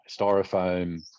styrofoam